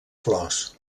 flors